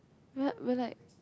what we're like